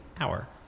hour